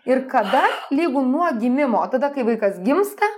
ir kada lygu nuo gimimo tada kai vaikas gimsta